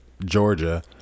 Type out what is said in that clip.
georgia